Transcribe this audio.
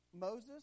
Moses